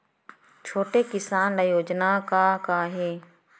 छोटे किसान ल योजना का का हे?